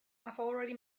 already